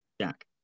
Jack